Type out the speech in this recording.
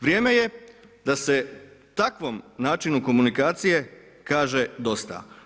Vrijeme je da se takvom načinu komunikacije kaže dosta.